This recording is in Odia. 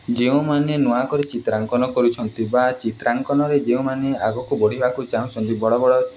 ଯେଉଁମାନେ ନୂଆକରି ଚିତ୍ରାଙ୍କନ କରୁଛନ୍ତି ବା ଚିତ୍ରାଙ୍କନରେ ଯେଉଁମାନେ ଆଗକୁ ବଢ଼ିବାକୁ ଚାହୁଁଛନ୍ତି ବଡ଼ ବଡ଼